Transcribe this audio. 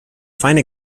fine